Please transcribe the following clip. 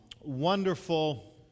wonderful